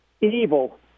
evil